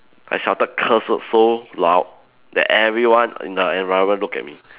I shouted curse word so loud that everyone in the environment look at me